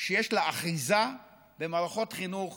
שיש לה אחיזה במערכות חינוך